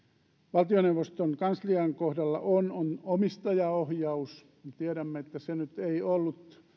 valtioneuvoston kanslian kohdalla on on omistajaohjaus me tiedämme että se ei ollut